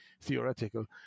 theoretical